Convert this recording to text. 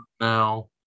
now